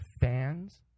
fans